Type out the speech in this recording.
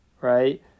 Right